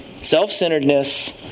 self-centeredness